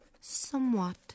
somewhat